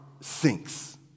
sinks